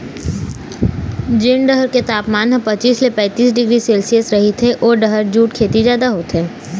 जेन डहर के तापमान ह पचीस ले पैतीस डिग्री सेल्सियस रहिथे ओ डहर जूट खेती जादा होथे